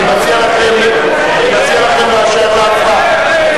אני מציע לכם להישאר להצבעה.